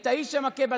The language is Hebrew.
את האיש שמכה.